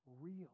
real